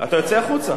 אתה יוצא החוצה.